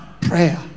prayer